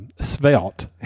svelte